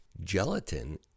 gelatin